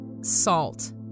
salt